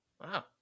Wow